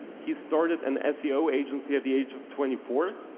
he started an seo agency at the age of twenty four.